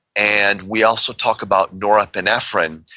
and we also talk about norepinephrine,